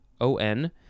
o-n